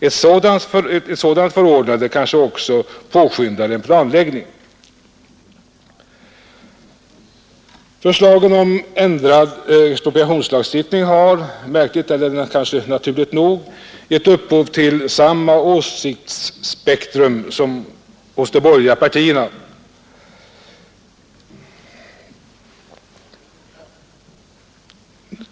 Ett sådant förordnande kanske också påskyndar en planläggning. Förslagen om ändrad expropriationslagstiftning har — märkligt eller naturligt nog — gett upphov till samma åsiktsspektrum hos de borgerliga partierna.